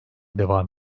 devam